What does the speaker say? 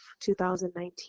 2019